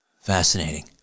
fascinating